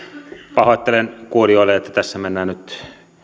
pahoittelen kuulijoille että tässä mennään nyt